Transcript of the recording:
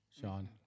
sean